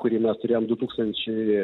kurį mes turėjom du tūkstančiai